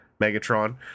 Megatron